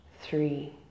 three